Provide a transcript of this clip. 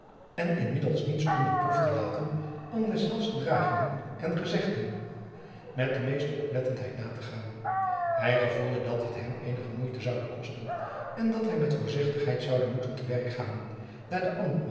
en inmiddels niets onbeproefd te laten om deszelfs gedragingen en gezegden met de meeste oplettendheid na te gaan hij gevoelde dat dit hem eenige moeite zoude kosten en dat hij met voorzichtigheid zoude moeten te werk gaan daar de